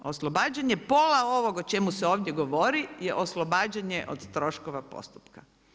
Oslobađanje pola ovoga o čemu se ovdje govori, je oslobađanje od troškova postupka.